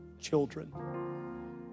children